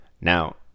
Now